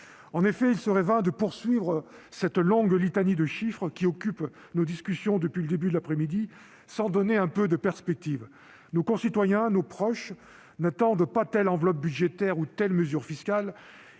En effet, il serait vain de poursuivre cette longue litanie de chiffres qui occupe nos discussions depuis le début de l'après-midi sans donner un peu de perspectives. Nos concitoyens, nos proches, n'attendent pas telle enveloppe budgétaire ou telle mesure fiscale.